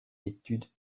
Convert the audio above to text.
études